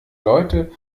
leute